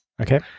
Okay